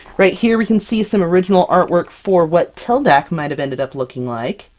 right here. we can see some original artwork for what tyldak might have ended up looking like.